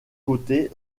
côtés